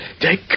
Take